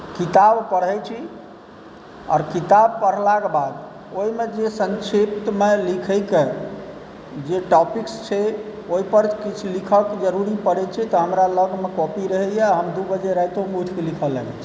किताब पढ़ै छी और किताब पढ़लाकेंँ बाद ओहिमे जे संक्षिप्तमे जे लिखैके जे टॉपिक्स छै ओहिपर किछु लिखक जरुरी पड़ै छै तऽ हमरा लगमे कॉपी रहैया हम दू बजे रातिओमे उठिकऽ लिखऽ लागै छी